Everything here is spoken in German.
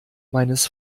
meines